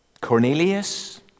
Cornelius